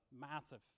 massive